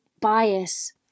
bias